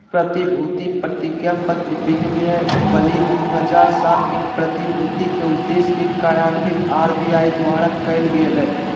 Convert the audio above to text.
प्रतिभूति प्रतिज्ञापत्र विनियमावली दू हज़ार सात के, प्रतिभूति के उद्देश्य के कार्यान्वित आर.बी.आई द्वारा कायल गेलय